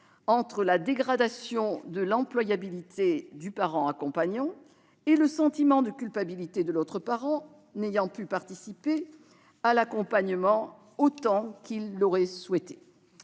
de la dégradation de l'employabilité du parent accompagnant et du sentiment de culpabilité de l'autre parent n'ayant pu accompagner son enfant autant qu'il l'aurait souhaité.